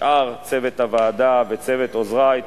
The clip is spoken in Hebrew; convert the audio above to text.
ושאר צוות הוועדה וצוות עוזרי.